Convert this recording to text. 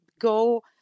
go